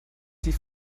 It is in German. die